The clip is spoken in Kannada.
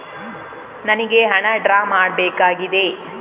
ನನಿಗೆ ಹಣ ಡ್ರಾ ಮಾಡ್ಬೇಕಾಗಿದೆ